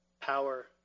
power